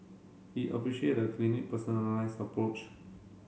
he appreciate the clinic personalised approach